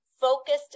focused